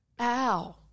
Ow